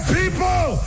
people